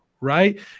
right